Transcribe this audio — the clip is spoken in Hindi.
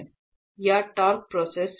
या टॉर्क प्रोसेस व्यू